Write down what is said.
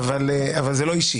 זה לא אישי